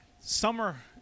summer